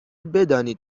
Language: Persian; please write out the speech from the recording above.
بدانید